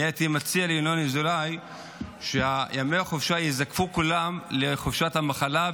אני הייתי מציע לינון אזולאי שימי החופשה ייזקפו כולם לחופשת המחלה,